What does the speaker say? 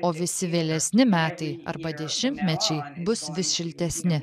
o visi vėlesni metai arba dešimtmečiai bus vis šiltesni